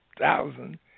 thousand